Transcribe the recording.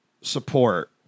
support